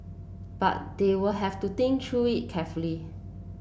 but they will have to think through it carefully